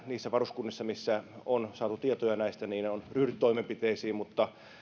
niissä varuskunnissa missä on saatu tietoja näistä on jo ryhdytty toimenpiteisiin mutta